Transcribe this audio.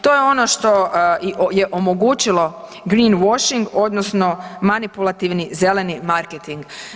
To je ono što je omogućilo Greenwashing, odnosno manipulativni „zeleni marketing“